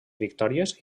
victòries